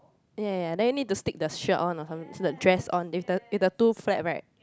ya ya then you need to stick the shirt on or something the dress on in the in the two flap right